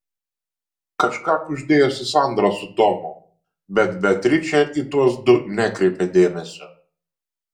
kažką kuždėjosi sandra su tomu bet beatričė į tuos du nekreipė dėmesio